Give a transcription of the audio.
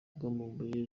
bw’amabuye